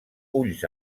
ulls